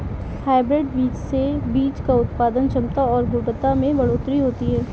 hybrid बीज से बीज की उत्पादन क्षमता और गुणवत्ता में बढ़ोतरी होती है